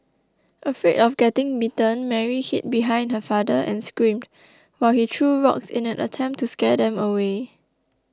afraid of getting bitten Mary hid behind her father and screamed while he threw rocks in an attempt to scare them away